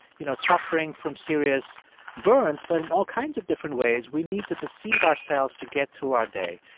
you know, suffering from serious burns, but in all kinds of different ways. we need to deceive ourselves to get through our day.